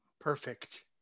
Perfect